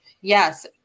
Yes